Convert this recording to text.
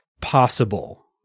possible